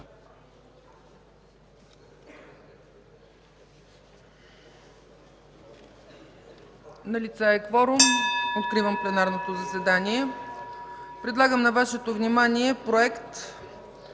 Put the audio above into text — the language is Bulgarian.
Налице е кворум – откривам пленарното заседание. Предлагам на Вашето внимание Проект